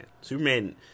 Superman